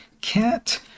cat